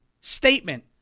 statement